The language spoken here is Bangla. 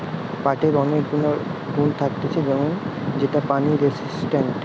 পাটের অনেক গুলা গুণা থাকতিছে যেমন সেটা পানি রেসিস্টেন্ট